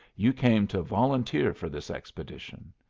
you came to volunteer for this expedition.